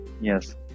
Yes